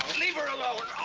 leave her alone.